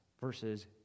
versus